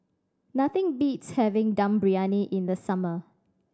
nothing beats having Dum Briyani in the summer